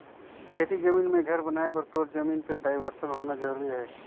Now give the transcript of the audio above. खेती जमीन मे घर बनाए बर तोर जमीन कर डाइवरसन होना जरूरी अहे